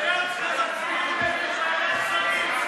נראה אתכם מצביעים נגד ועדת שרים.